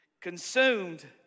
consumed